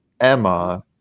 Emma